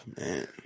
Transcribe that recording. man